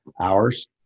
hours